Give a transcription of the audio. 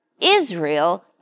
Israel